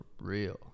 real